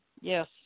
Yes